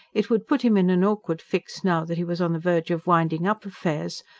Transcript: it would put him in an awkward fix, now that he was on the verge of winding up affairs,